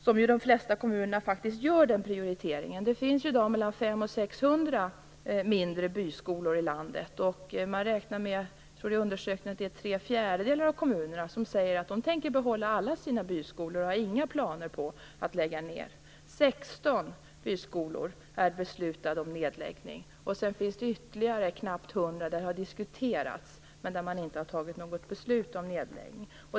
Den prioriteringen gör ju faktiskt de flesta kommunerna. Det finns i dag 500-600 mindre byskolor i landet. I undersökningar räknar man, tror jag, med att det är tre fjärdedelar av kommunerna som säger att de tänker behålla alla sina byskolor och att de inte har några planer på att lägga ned. I fråga om 16 byskolor har det beslutats om nedläggning. Sedan finns det ytterligare knappt 100 där det har diskuterats, men där man inte har fattat något beslut om nedläggning.